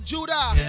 Judah